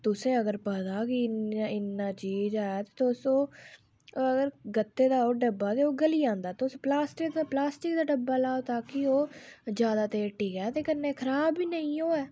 तुसें अगर पता कि इन्ने इन्ना चीज ऐ ते तुस ओह् अगर गत्ते दा ओह् डब्बा ओह् गली जंदा तुस ओह् प्लास्टिक प्लास्टिक दा डब्बा लैओ ताकि ओह् जैदा देर टिके ते कन्नै खराब बी निं होऐ